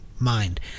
Mind